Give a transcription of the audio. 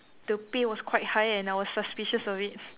the pay was quite high and I was suspicious of it